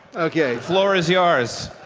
okay. floor is yours!